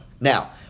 Now